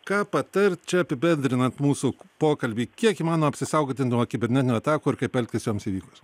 ką patart čia apibendrinant mūsų pokalbį kiek įmanoma apsisaugoti nuo kibernetinių atakų ir kaip elgtis joms įvykus